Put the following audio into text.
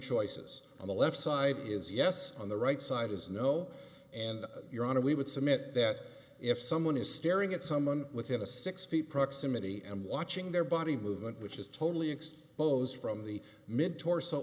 choices on the left side is yes on the right side is no and your honor we would submit that if someone is staring at someone within a six feet proximity and watching their body movement which is totally exposed from the mid torso